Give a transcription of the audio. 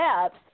steps